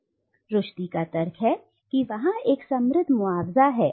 लेकिन रुश्दी का तर्क है कि वहां एक समृद्ध मुआवजा है